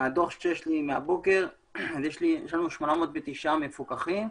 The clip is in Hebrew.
מהדוח שיש לי מהבוקר יש לנו סך הכול 809 מפוקחים,